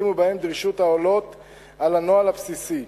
ובהם דרישות העולות על הנוהל הבסיסי.